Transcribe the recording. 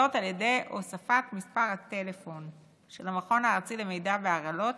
על ידי הוספת מספר הטלפון של המכון הארצי למידע בהרעלות